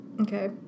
Okay